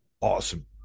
awesome